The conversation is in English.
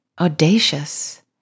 audacious